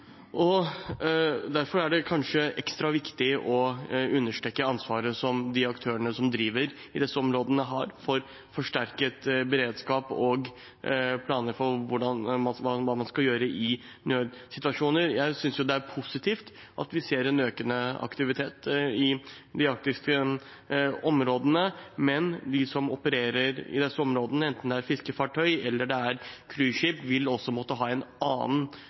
er. Derfor er det kanskje ekstra viktig å understreke det ansvaret de aktørene som driver i disse områdene, har for forsterket beredskap og planer for hva man skal gjøre i nødsituasjoner. Jeg synes det er positivt at vi ser en økende aktivitet i de arktiske områdene, men de som opererer i disse områdene, enten det er fiskefartøy eller det er cruiseskip, vil også måtte ha en annen